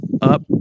up